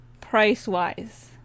price-wise